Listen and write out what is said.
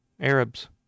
Arabs